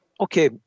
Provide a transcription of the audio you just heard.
okay